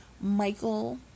michael